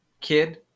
kid